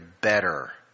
better